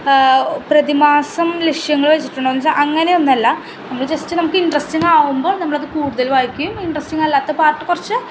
പ്രതി മാസം ലക്ഷ്യങ്ങൾ വെച്ചിട്ടൊന്നും അങ്ങനെയൊന്നും അല്ല നമ്മൾ ജസ്റ്റ് നമുക്ക് ഇൻട്രസ്റ്റിങ്ങാകുമ്പം നമ്മളത് കൂടുതൽ വായിക്കുകയും ഇൻട്രസ്റ്റിങ്ങല്ലാത്ത പാർട്ട് കുറച്ച്